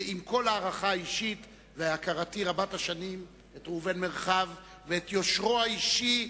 ועם כל ההערכה האישית והכרותי רבת השנים את ראובן מרחב ואת יושרו האישי,